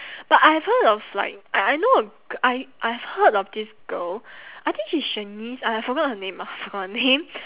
but I have heard of like I I know a g~ I I've heard of this girl I think she's shanice !aiya! forgot her name ah forgot her name